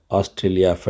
Australia